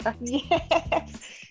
Yes